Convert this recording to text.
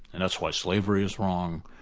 and that's why slavery is wrong,